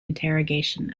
interrogation